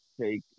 take